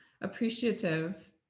appreciative